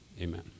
amen